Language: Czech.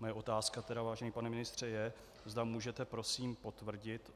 Moje otázka tedy, vážený pane ministře, je, zda můžete prosím potvrdit